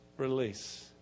Release